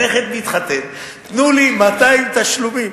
הנכד מתחתן, תנו לי 200 תשלומים.